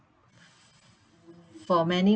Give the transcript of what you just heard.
for many